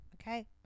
okay